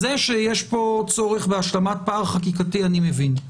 זה שיש פה צורך בהשלמת פער חקיקתי אני מבין,